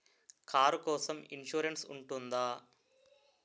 Car కోసం insurance ఉంటుందా?